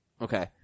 Okay